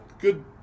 good